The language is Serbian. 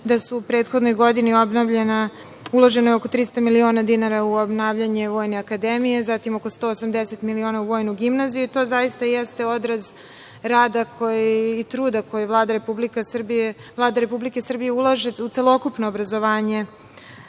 da je u prethodnoj godini uloženo je oko 300 miliona dinara u obnavljanje Vojne akademije, zatim oko 180 miliona u Vojnu gimnaziju i to zaista jeste odraz rada i truda koji Vlada Republike Srbije ulaže u celokupno obrazovanje